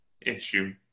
issue